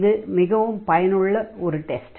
இது மிகவும் பயனுள்ள ஒரு டெஸ்ட்